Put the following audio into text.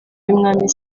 y’umwami